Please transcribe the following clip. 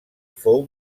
fou